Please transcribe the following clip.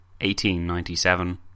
1897